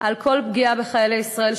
על כל פגיעה בחיילי ישראל,